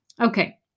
Okay